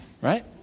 right